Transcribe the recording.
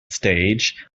stage